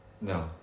No